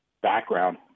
background